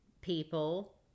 people